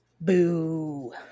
Boo